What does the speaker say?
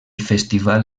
festival